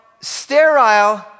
sterile